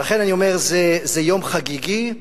ולכן אני אומר: זה יום חגיגי,